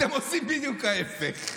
אתם עושים בדיוק ההפך.